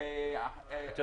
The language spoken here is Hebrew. גם